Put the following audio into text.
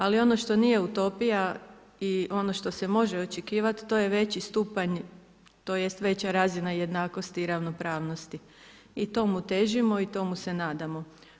Ali ono što nije utopija i ono što se može očekivat to je veći stupanj tj. veća razina jednakosti i ravnopravnosti i tomu težimo i tomu se nadamo.